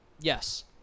Yes